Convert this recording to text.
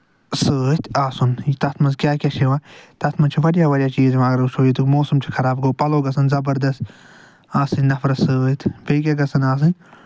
سۭتۍ آسُن تَتھ منٛز کیاہ کیاہ چھُ یِوان تَتھ منٛز چھُ واریاہ واریاہ چیٖز یِوان اَگر وُچھو ییٚتیُک موسَم چھُ خراب گوٚو پَلو گژھن زَبردست آسٕنۍ نَفرَس سۭتۍ بیٚیہِ کیاہ گژھن آسٕنۍ